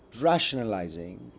rationalizing